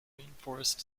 rainforest